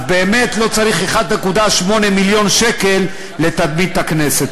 אז באמת לא צריך 1.8 מיליון שקל לתדמית הכנסת.